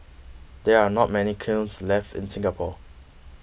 there are not many kilns left in Singapore